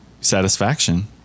satisfaction